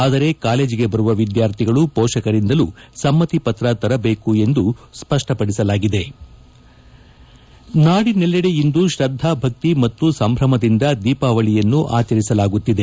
ಆದರೆ ಕಾಲೇಜಿಗೆ ಬರುವ ವಿದ್ಯಾರ್ಥಿಗಳು ಪೋಷಕರಿಂದಲೂ ಸಮ್ಮತಿ ಪತ್ರ ತರಬೇಕು ಎಂದೂ ಸ್ಪಷ್ಟಪಡಿಸಲಾಗಿದೆ ನಾಡಿನೆಲ್ಲೆಡೆ ಇಂದು ಶ್ರದ್ಧಾಭಕ್ತಿ ಮತ್ತು ಸಂಭ್ರಮದಿಂದ ದೀಪಾವಳಿಯನ್ನು ಆಚರಿಸಲಾಗುತ್ತಿದೆ